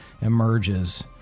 emerges